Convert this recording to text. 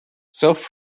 self